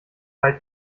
bei